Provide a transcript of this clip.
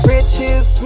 Riches